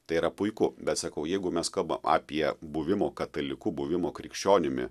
tai yra puiku bet sakau jeigu mes kalba apie buvimo kataliku buvimo krikščionimi